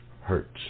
hurts